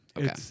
Okay